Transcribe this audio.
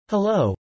Hello